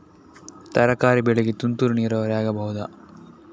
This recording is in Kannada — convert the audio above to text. ತರಕಾರಿ ಬೆಳೆಗಳಿಗೆ ತುಂತುರು ನೀರಾವರಿ ಆಗಬಹುದಾ?